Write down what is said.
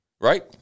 right